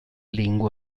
lingua